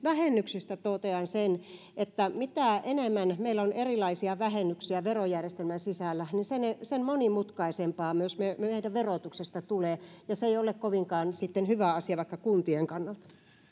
vähennyksistä totean kuitenkin sen että mitä enemmän meillä on erilaisia vähennyksiä verojärjestelmän sisällä niin sen monimutkaisempaa myös meidän verotuksestamme tulee ja se ei ole kovinkaan hyvä asia vaikkapa kuntien kannalta